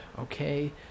okay